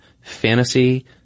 fantasy